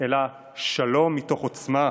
אלא שלום מתוך עוצמה,